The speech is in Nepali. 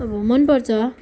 अब मन पर्छ